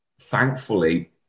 thankfully